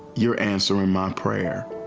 you're answering my prayer.